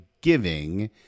giving